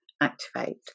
activate